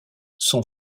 son